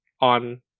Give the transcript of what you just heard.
on